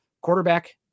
quarterback